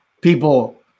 people